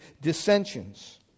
dissensions